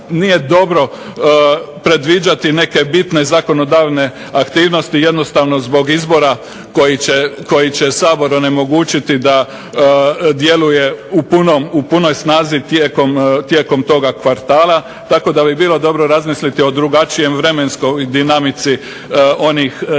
nije dobro predviđati neke bitne zakonodavne aktivnosti, jednostavno zbog izbora koji će Sabor onemogućiti da djeluje u punoj snazi tijekom toga kvartala. Tako da bi bilo dobro razmisliti o drugačijoj vremenskoj dinamici donošenja